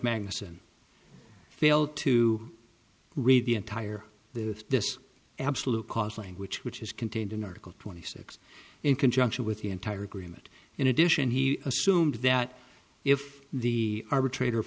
magnussen failed to read the entire the absolute cause language which is contained in article twenty six in conjunction with the entire agreement in addition he assumed that if the arbitrator